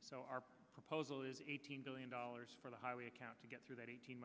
so our proposal is eighteen billion dollars for the highway account to get through that eighteen